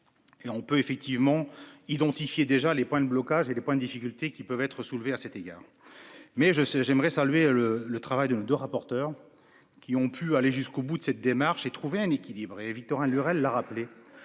Et on peut effectivement identifié déjà les points de blocage et les points de difficultés qui peuvent être soulevés à cet égard. Mais je sais j'aimerais saluer le le travail de deux rapporteurs qui ont pu aller jusqu'au bout de cette démarche et trouver un équilibre et Victorin Lurel a rappelé